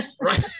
right